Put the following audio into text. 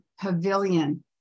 Pavilion